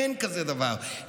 אין כזה דבר.